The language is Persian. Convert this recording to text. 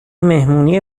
مهمونی